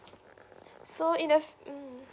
so in a mm